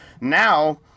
now